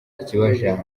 ikibazanye